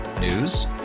News